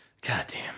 Goddamn